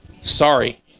sorry